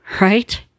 right